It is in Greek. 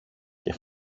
και